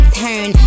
turn